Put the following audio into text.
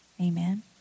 amen